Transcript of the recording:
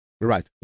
Right